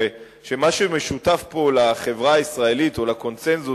שמה שמשותף פה לחברה הישראלית או לקונסנזוס